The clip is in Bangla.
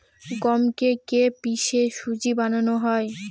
গমকে কে পিষে সুজি বানানো হয়